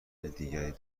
دیگری